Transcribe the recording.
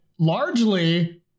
largely